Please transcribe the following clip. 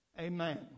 Amen